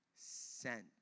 Sent